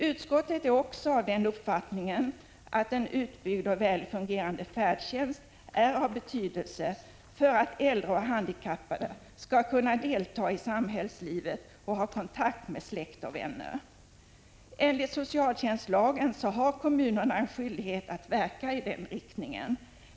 Utskottet är också av den uppfattningen att en utbyggd och väl fungerande färdtjänst är av betydelse för att äldre och handikappade skall kunna delta i samhällslivet och ha kontakt med släkt och vänner. Enligt socialtjänstlagen har kommunerna en skyldighet att verka i den riktningen.